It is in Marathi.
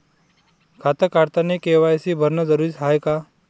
खातं काढतानी के.वाय.सी भरनं जरुरीच हाय का?